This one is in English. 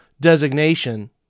designation